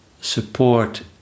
support